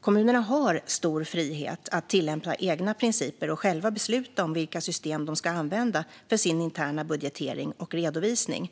Kommunerna har stor frihet att tillämpa egna principer och själva besluta om vilka system de ska använda för sin interna budgetering och redovisning.